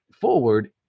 forward